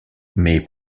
mais